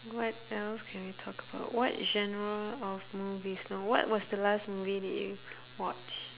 what else can we talk about what genre of movies no what was the last movie did you watch